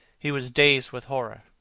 he was dazed with horror.